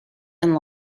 and